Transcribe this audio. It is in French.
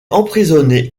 emprisonné